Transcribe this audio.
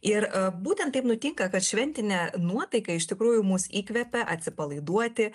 ir būtent taip nutinka kad šventinė nuotaika iš tikrųjų mus įkvepia atsipalaiduoti